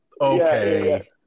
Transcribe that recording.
okay